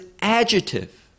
adjective